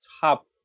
top